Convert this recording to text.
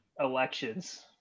elections